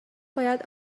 باید